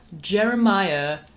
Jeremiah